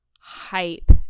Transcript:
hype